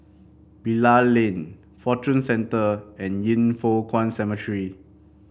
Bilal Lane Fortune Centre and Yin Foh Kuan Cemetery